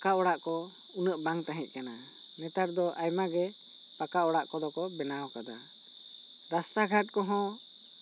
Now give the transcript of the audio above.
ᱯᱟᱠᱟ ᱚᱲᱟᱜ ᱠᱚ ᱩᱱᱟᱜ ᱵᱟᱝ ᱛᱟᱦᱮᱸ ᱠᱟᱱᱟ ᱱᱮᱛᱟᱨ ᱫᱚ ᱟᱭᱢᱟ ᱜᱮ ᱯᱟᱠᱟ ᱚᱲᱟᱜ ᱠᱚᱫᱚ ᱠᱚ ᱵᱮᱱᱟᱣ ᱟᱠᱟᱫᱟ ᱨᱟᱥᱛᱟ ᱜᱷᱟᱴ ᱠᱚᱦᱚᱸ